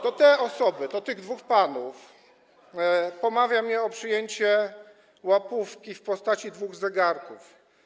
To te osoby, to tych dwóch panów pomawia mnie o przyjęcie łapówki w postaci dwóch zegarków.